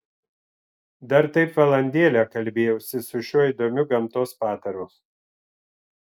dar taip valandėlę kalbėjausi su šiuo įdomiu gamtos padaru